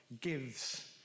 Gives